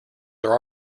there